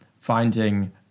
finding